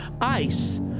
ICE